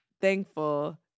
thankful